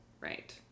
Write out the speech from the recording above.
Right